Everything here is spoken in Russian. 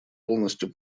полностью